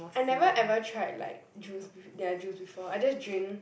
I never ever tried like juice bef~ their juice before I just drink